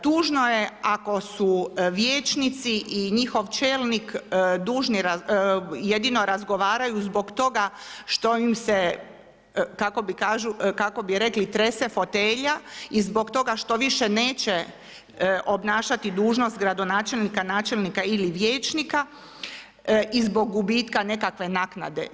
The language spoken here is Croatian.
Tužno je ako su vijećnici i njihov čelnik dužni, jedino razgovaraju zbog toga što im se kako bi rekli trese fotelja i zbog toga što više neće obnašati dužnost gradonačelnika, načelnika ili vijećnika i zbog gubitka nekakve naknade.